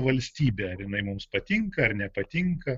valstybė ar jinai mums patinka ar nepatinka